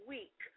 Week